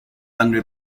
under